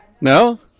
No